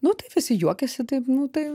nu tai visi juokiasi taip nu tai